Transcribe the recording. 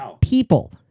people